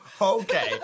okay